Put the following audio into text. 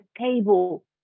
table